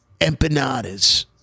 empanadas